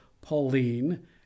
Pauline